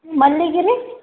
ಮಲ್ಲಿಗೆ ರೀ